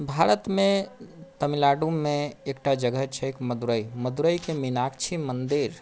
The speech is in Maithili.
भारत मे तमिलनाडु मे एकटा जगह छैक मदुरै मदुरै के मीनाक्षी मन्दिर